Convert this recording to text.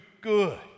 good